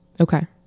okay